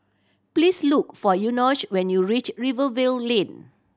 please look for Enoch when you reach Rivervale Lane